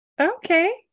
Okay